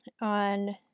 on